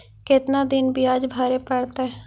कितना दिन बियाज भरे परतैय?